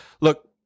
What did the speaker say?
look